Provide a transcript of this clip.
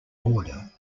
border